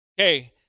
Okay